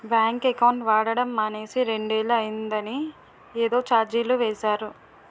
bank account వాడడం మానేసి రెండేళ్ళు అయిందని ఏదో చార్జీలు వేసేరు